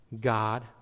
God